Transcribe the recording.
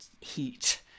heat